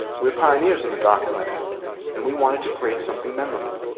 we're pioneers on the dark web and we wanted to create something memorable.